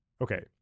Okay